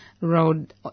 Road